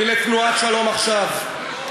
היא לתנועת "שלום עכשיו".